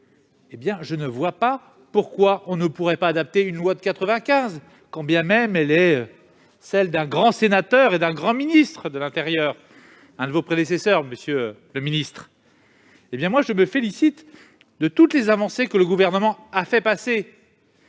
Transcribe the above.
-, je ne vois pas pourquoi on ne pourrait pas adapter une loi de 1995, quand bien même elle est le fruit du travail d'un grand sénateur et d'un grand ministre de l'intérieur, l'un de vos prédécesseurs, monsieur le ministre. Pour ma part, je me félicite de toutes les avancées que le Gouvernement a promues,